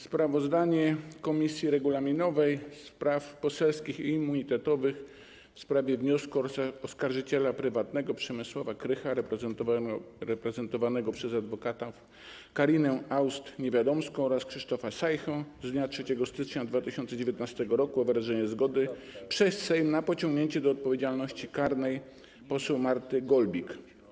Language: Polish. Sprawozdanie Komisji Regulaminowej, Spraw Poselskich i Immunitetowych w sprawie wniosku oskarżyciela prywatnego Przemysława Krycha reprezentowanego przez adwokatów Karinę Aust-Niewiadomską oraz Krzysztofa Sajchtę z dnia 3 stycznia 2019 r. o wyrażenie zgody przez Sejm na pociągnięcie do odpowiedzialności karnej poseł Marty Golbik.